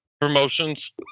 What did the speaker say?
promotions